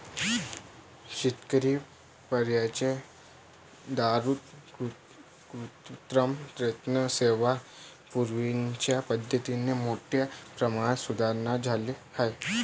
शेतकर्यांच्या दारात कृत्रिम रेतन सेवा पुरविण्याच्या पद्धतीत मोठ्या प्रमाणात सुधारणा झाली आहे